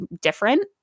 different